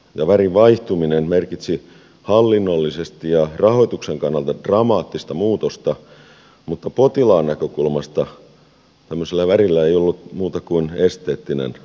lattian värin vaihtuminen merkitsi siis hallinnollisesti ja rahoituksen kannalta dramaattista muutosta mutta potilaan näkökulmasta tämmöisellä värillä ei ollut muuta kuin esteettinen arvo